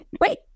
wait